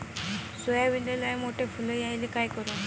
सोयाबीनले लयमोठे फुल यायले काय करू?